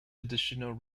additional